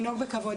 לנהוג בכבוד.